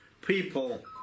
people